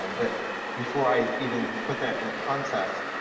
and but before i even put that in context,